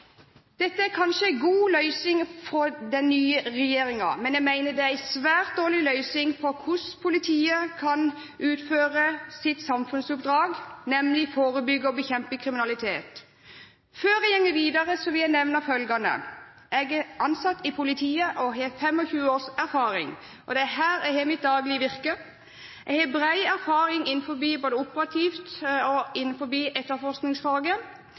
Dette er kanskje en god løsning for den nye regjeringen, men jeg mener det er en svært dårlig løsning på hvordan politiet kan utføre sitt samfunnsoppdrag, nemlig å forebygge og bekjempe kriminalitet. Før jeg går videre, vil jeg nevne følgende: Jeg er ansatt i politiet og har 25 års erfaring, og det er her jeg har mitt daglige virke. Jeg har bred erfaring både operativt og innenfor etterforskningsfaget,